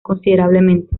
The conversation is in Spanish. considerablemente